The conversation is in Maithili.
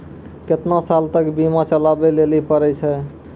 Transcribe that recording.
केतना साल तक बीमा चलाबै लेली पड़ै छै?